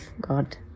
God